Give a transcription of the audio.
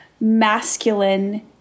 masculine